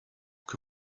que